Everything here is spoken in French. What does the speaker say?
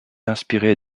inspiré